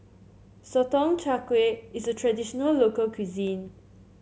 Sotong Char Kway is a traditional local cuisine